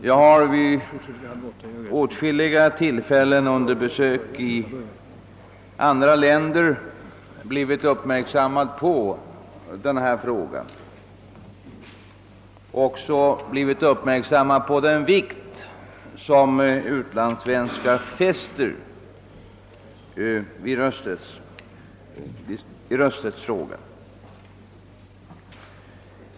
Jag har vid åtskilliga tillfällen under besök i andra länder fått uppmärksamheten fästad på denna fråga och även blivit uppmärksamgjord på den vikt som utlandssvenskar fäster vid rösträttsfrågan.